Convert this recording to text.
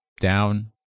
down